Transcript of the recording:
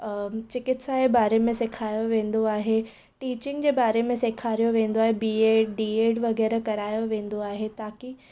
म चिकित्सा जे बारे में सेखारियो वेंदो आहे टिचींग जे बारे सेखारियो वेंदो आहे बी एड डि एड करायो वेंदो आहे ताकी